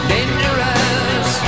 Dangerous